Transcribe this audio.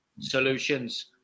solutions